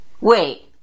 Wait